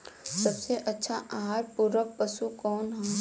सबसे अच्छा आहार पूरक पशु कौन ह?